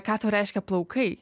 ką tau reiškia plaukai